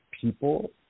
people